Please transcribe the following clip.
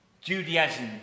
Judaism